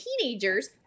teenagers